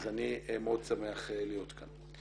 אז אני מאוד שמח להיות כאן.